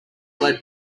lead